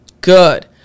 Good